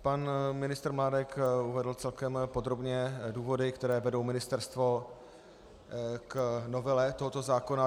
Pan ministr Mládek uvedl celkem podrobně důvody, které vedou ministerstvo k novele tohoto zákona.